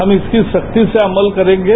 हम इसकी शक्ति से अमल करेंगे